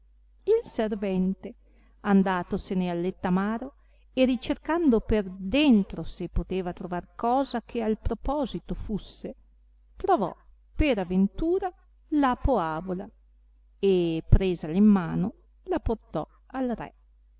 il servente andatosene al lettamaro e ricercando per dentro se poteva trovar cosa che al proposito fusse trovò per aventura la poavola e presala in mano la portò al re